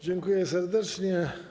Dziękuję serdecznie.